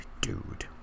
Dude